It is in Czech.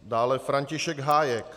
Dále František Hájek.